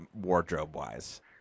wardrobe-wise